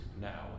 now